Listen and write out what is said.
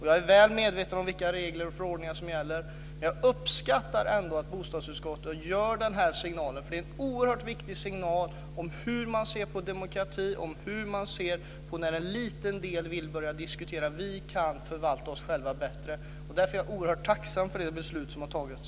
Jag är väl medveten om vilka regler och förordningar som gäller men jag uppskattar ändå att bostadsutskottet ger denna signal eftersom det är en oerhört viktig signal om hur man ser på demokrati och hur man ser på att en liten del vill börja diskutera och säger: Vi kan förvalta oss själva bättre. Därför är jag alltså oerhört tacksam för det beslut som har tagits.